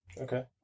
Okay